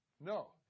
No